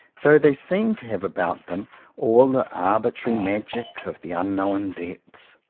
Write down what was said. though they seem to have about them all the arbitrary magic of the unknown depths,